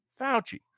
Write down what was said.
Fauci